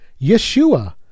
Yeshua